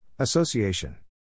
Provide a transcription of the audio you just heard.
Association